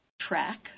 track